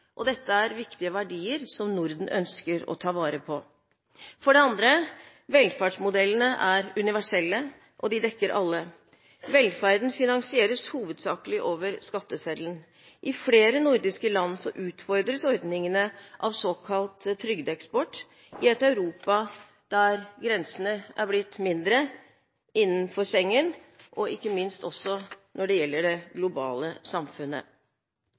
Dette er viktige verdier som Norden ønsker å ta vare på. For det andre er velferdsmodellene universelle og de dekker alle. Velferden finansieres hovedsakelig over skatteseddelen. I flere nordiske land utfordres ordningene av såkalt trygdeeksport i et Europa der grensene har blitt mindre innenfor Schengen, og ikke minst når det gjelder det globale samfunnet.